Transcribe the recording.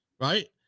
right